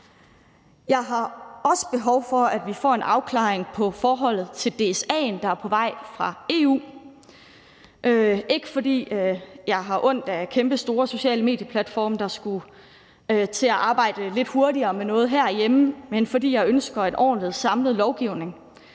Jeg har også behov for, at vi får en afklaring af forholdet til DSA'en, der er på vej fra EU, ikke fordi jeg har ondt af kæmpestore sociale medieplatforme, der skulle til at arbejde lidt hurtigere med noget herhjemme, men fordi jeg ønsker en overordnet, samlet lovgivning.